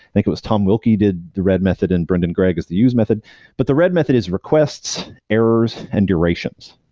think it was tom wilkie did the read method and brendan greg is the use method but the read method is requests, errors and durations.